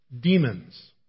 demons